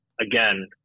again